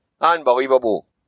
Unbelievable